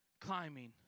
climbing